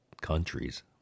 countries